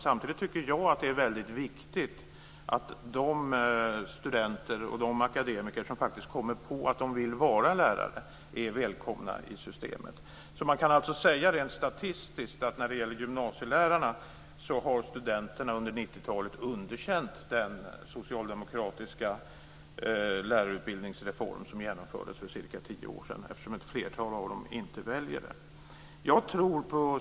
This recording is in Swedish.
Samtidigt tycker jag att det är väldigt viktigt att de studenter och akademiker som faktiskt kommer på att de vill vara lärare är välkomna i systemet. När det gäller gymnasielärarutbildningen kan man alltså rent statistiskt säga att studenterna under 90 talet har underkänt den socialdemokratiska lärarutbildningsreform som genomfördes för cirka tio år sedan, eftersom ett flertal av dem inte väljer den utbildningen.